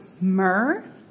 myrrh